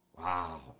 Wow